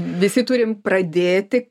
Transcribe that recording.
visi turim pradėti